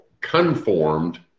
conformed